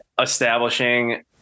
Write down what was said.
Establishing